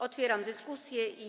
Otwieram dyskusję.